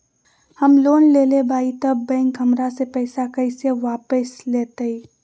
हम लोन लेलेबाई तब बैंक हमरा से पैसा कइसे वापिस लेतई?